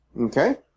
Okay